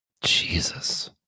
Jesus